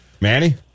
Manny